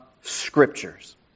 Scriptures